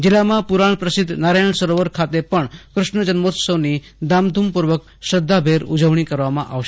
જિલ્લામાં પુરાણ પ્રસિધ્ધ નારાયણ સરોવર ખાતે પણ ક્રષ્ણ જન્મોત્સવની ધામધૂમપૂર્વક શ્રધ્ધાભેર ઉજવણી કરવામાં આવશે